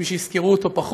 יש מי שיזכרו אותו פחות,